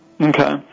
Okay